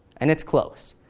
and it's close.